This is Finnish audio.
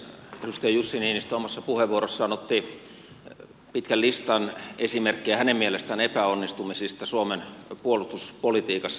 edustaja jussi niinistö omassa puheenvuorossaan otti pitkän listan esimerkkejä hänen mielestään epäonnistumisista suomen puolustuspolitiikassa